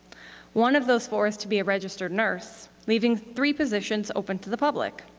one of those four is to be a registered nurse, leaving three positions open to the public.